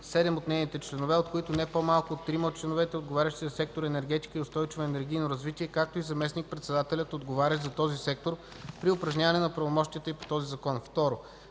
от нейните членове, от които не по-малко от трима от членовете, отговарящи за сектор „Енергетика и устойчиво енергийно развитие“, както и заместник-председателят, отговарящ за този сектор – при упражняване на правомощията й по този закон;